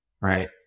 right